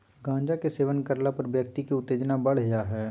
गांजा के सेवन करला पर व्यक्ति के उत्तेजना बढ़ जा हइ